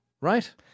Right